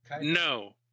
No